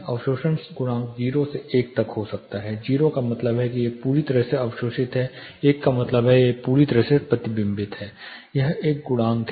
अवशोषण गुणांक 0 से 1 तक होता है 0 का मतलब है कि यह पूरी तरह से अवशोषित है 1 का मतलब है कि यह पूरी तरह से परावर्तित है यह एक गुणांक है